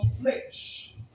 flesh